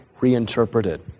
reinterpreted